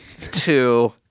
two